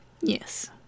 Yes